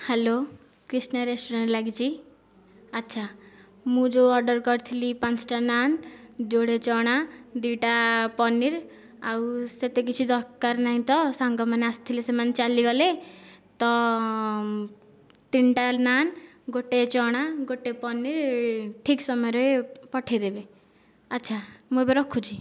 hello Krishna restaurant ଲାଗିଛି ଆଚ୍ଛା ମୁଁ ଯେଉଁ ଅର୍ଡ଼ର କରିଥିଲି ପାଞ୍ଚଟା ନାନ୍ ଯୋଡ଼େ ଚଣା ଦୁଇଟା ପନିର ଆଉ ସେତେ କିଛି ଦରକାର ନାହିଁ ତ ସାଙ୍ଗମାନେ ଆସିଥିଲେ ସେମାନେ ଚାଲିଗଲେ ତ ତିନିଟା ନାନ୍ ଗୋଟିଏ ଚଣା ଗୋଟିଏ ପନିର ଠିକ୍ ସମୟରେ ପଠାଇ ଦେବେ ଆଚ୍ଛା ମୁଁ ଏବେ ରଖୁଛି